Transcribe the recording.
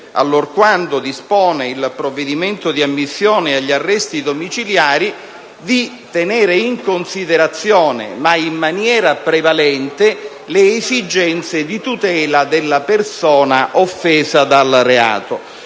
allorquando dispone il provvedimento di ammissione agli arresti domiciliari, di tenere in considerazione, ma in maniera prevalente, le esigenze di tutela della persona offesa dal reato.